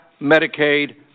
medicaid